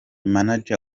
manager